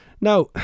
Now